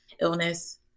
illness